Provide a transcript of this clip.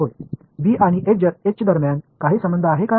होय बी आणि एच दरम्यान काही संबंध आहे का